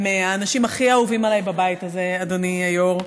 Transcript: מהאנשים הכי אהובים עליי בבית הזה, אדוני היו"ר: